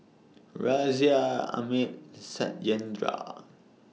Razia Amit Satyendra